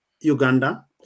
Uganda